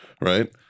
Right